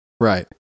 Right